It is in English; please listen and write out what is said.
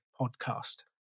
podcast